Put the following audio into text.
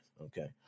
Okay